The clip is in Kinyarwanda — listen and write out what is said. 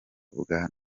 bwa